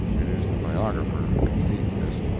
it is the biographer who concedes this.